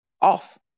off